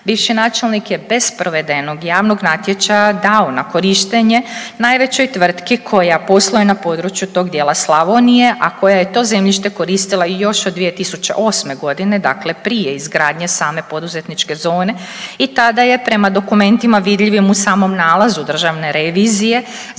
bivši načelnik je bez provedenog javnog natječaja dao na korištenje najvećoj tvrtki koja posluje na području tog dijela Slavonije, a koja je to zemljište koristila još od 2008. godine, dakle prije izgradnje same poduzetničke zone i tada je prema dokumentima vidljivim u samom nalazu Državne revizije za tih